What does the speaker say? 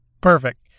perfect